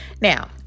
Now